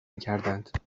میکردند